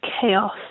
chaos